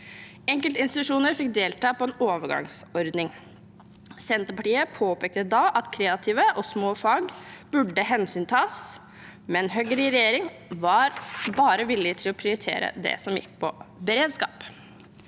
Enkelte institusjoner fikk delta på en overgangsordning. Senterpartiet påpekte da at kreative og små fag burde hensyntas, men Høyre i regjering var bare villig til å prioritere det som gikk på beredskap.